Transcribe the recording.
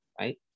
right